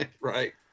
Right